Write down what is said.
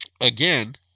again